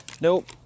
Nope